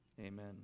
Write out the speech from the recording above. amen